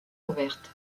ouverte